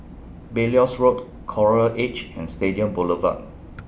Belilios Road Coral Edge and Stadium Boulevard